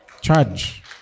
Charge